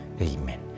Amen